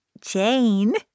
Jane